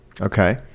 Okay